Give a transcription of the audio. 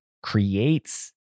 Creates